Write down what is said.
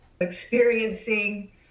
experiencing